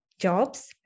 jobs